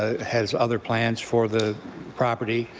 ah has other plans for the property,